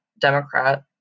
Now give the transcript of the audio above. Democrat